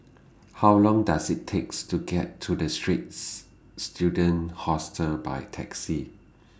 How Long Does IT takes to get to The Straits Students Hostel By Taxi